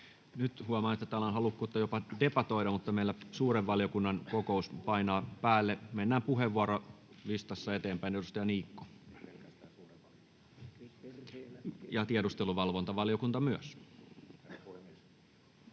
Nyt huomaan, että täällä on halukkuutta jopa debatoida, mutta meillä suuren valiokunnan kokous painaa päälle. Mennään puheenvuorolistassa eteenpäin. — Edustaja Niikko. — Ja tiedusteluvalvontavaliokunnan myös.